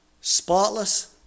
spotless